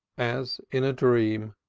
as in a dream,